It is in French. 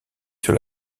sur